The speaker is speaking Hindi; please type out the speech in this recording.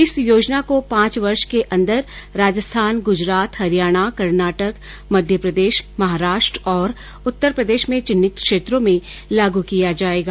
इस योजना को पांच वर्ष के अंदर राजस्थान गुजरात हरियाणा कर्नाटक मध्यप्रदेश महाराष्ट्र और उत्तर प्रदेश में चिन्हित क्षेत्रों में लागू किया जाएगा